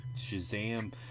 Shazam